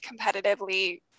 competitively